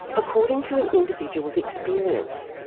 according to an individual's experience.